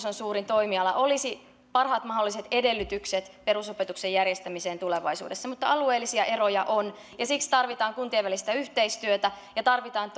on suurin toimiala olisi parhaat mahdolliset edellytykset perusopetuksen järjestämiseen tulevaisuudessa mutta alueellisia eroja on ja siksi tarvitaan kuntien välistä yhteistyötä ja tarvitaan